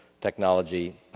technology